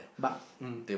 but um